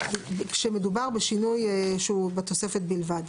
כשמדובר בשינוי שהוא בתוספת בלבד.